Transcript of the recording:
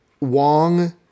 Wong